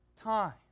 time